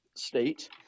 state